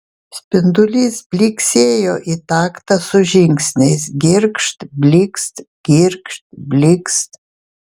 spindulys blyksėjo į taktą su žingsniais girgžt blykst girgžt blykst